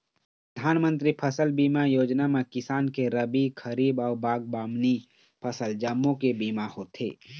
परधानमंतरी फसल बीमा योजना म किसान के रबी, खरीफ अउ बागबामनी फसल जम्मो के बीमा होथे